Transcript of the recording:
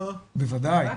בוודאי.